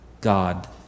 God